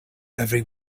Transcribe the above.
every